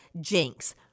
Jinx